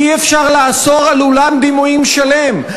אי-אפשר לאסור עולם דימויים שלם.